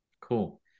cool